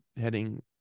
heading